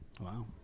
Wow